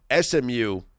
SMU